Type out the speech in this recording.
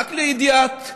רק לידיעת הצופים,